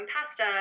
pasta